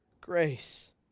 grace